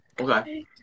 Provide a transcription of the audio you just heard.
Okay